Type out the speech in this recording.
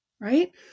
right